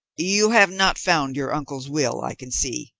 you have not found your uncle's will, i can see,